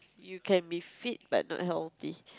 you can be fit but not healthy